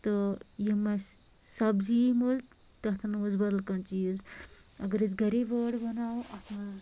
تہٕ یِم اسہِ سَبزی یی مٔلۍ تَتھ اَنو أسۍ بدل کانٛہہ چیٖز اَگر أسۍ گھرے وٲر بَناوو اَتھ منٛز